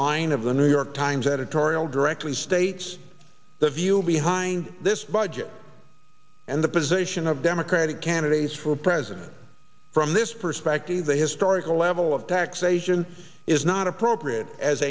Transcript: line of the new york times editorial directly states the view behind this budget and the position of democratic candidates for president from this perspective the historical level of taxation is not appropriate as